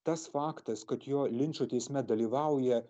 tas faktas kad jo linčo teisme dalyvauja